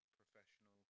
professional